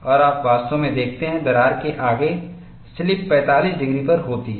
और आप वास्तव में देखते हैं दरार के आगे स्लिप 45 डिग्री पर होती है